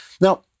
Now